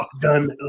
done